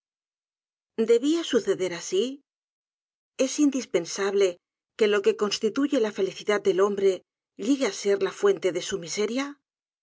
debia suceder así es indispensable que lo que constituye la felicidad del hombre llegue á ser la fuente de su miseria